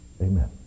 Amen